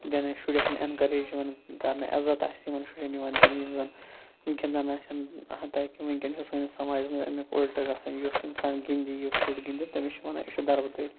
دِنہٕ شُرۍ آسن اٮ۪نکیج یِوان کَرنہٕ عزت آسہِ یِمَن شُرٮ۪ن یِمَن دِنہٕ یِم زَن گِنٛدان آسن ہَتا کہِ وٕنکٮ۪ن چھُ سٲنِس سَماج منٛز اَمیُک اُلٹہٕ گژھان یُس اِنسان گِنٛدِ یُس شُرۍ گِنٛدِ تٔمِس چھِ وَنان یہِ چھُ دَربٕتٕرۍ